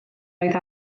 oedd